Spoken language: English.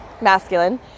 masculine